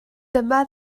dyma